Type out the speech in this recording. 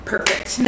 Perfect